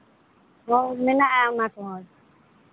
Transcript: ᱦᱳᱭ ᱢᱮᱱᱟᱜᱼᱟ ᱚᱱᱟ ᱠᱚᱦᱚᱸ